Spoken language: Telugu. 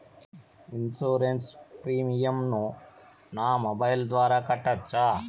ఇన్సూరెన్సు ప్రీమియం ను నా మొబైల్ ద్వారా కట్టొచ్చా?